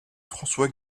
françois